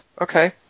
okay